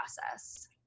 process